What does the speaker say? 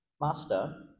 Master